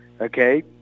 okay